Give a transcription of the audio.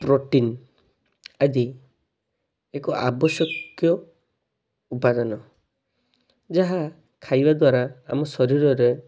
protein ଆଜି ଏକ ଆବଶ୍ୟକୀୟ ଉପାଦାନ ଯାହା ଖାଇବା ଦ୍ୱାରା ଆମ ଶରୀରରେ